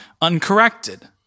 uncorrected